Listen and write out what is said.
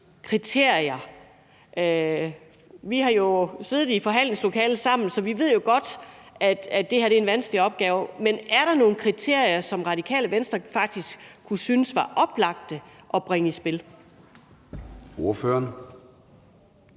kriterier? Vi har jo siddet i forhandlingslokalet sammen, så vi ved godt, at det her er en vanskelig opgave, men er der nogle kriterier, som Radikale Venstre faktisk synes kunne være oplagte at bringe i spil? Kl.